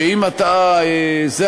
שאם זה הכיוון,